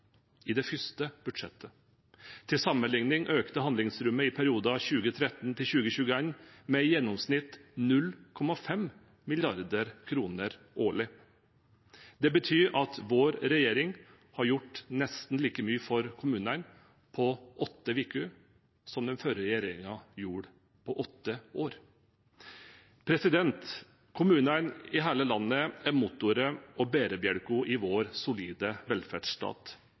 i det første budsjettet. Til sammenligning økte handlingsrommet i perioden 2013 til 2021 med i gjennomsnitt 0,5 mrd. kr årlig. Det betyr at vår regjering har gjort nesten like mye for kommunene på åtte uker som den forrige regjeringen gjorde på åtte år. Kommunene i hele landet er motoren og bærebjelken i vår solide velferdsstat.